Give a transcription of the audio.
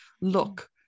look